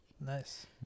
Nice